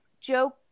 Joe